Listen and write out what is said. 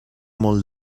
molt